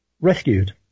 rescued